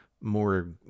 more